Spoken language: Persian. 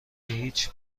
هیچ